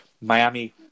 Miami